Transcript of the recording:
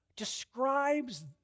describes